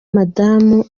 madamu